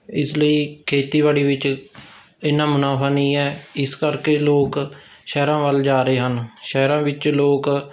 ਇਸ ਲਈ ਖੇਤੀਬਾੜੀ ਵਿੱਚ ਇੰਨਾਂ ਮੁਨਾਫ਼ਾ ਨਹੀਂ ਹੈ ਇਸ ਕਰਕੇ ਲੋਕ ਸ਼ਹਿਰਾਂ ਵੱਲ ਜਾ ਰਹੇ ਹਨ ਸ਼ਹਿਰਾਂ ਵਿੱਚ ਲੋਕ